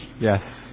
Yes